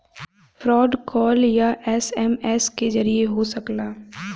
fraud call या SMS के जरिये हो सकला